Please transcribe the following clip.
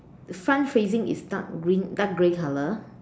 sun facing is dark green dark grey colour